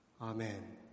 Amen